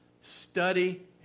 Study